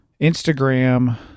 Instagram